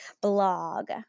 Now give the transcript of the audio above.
blog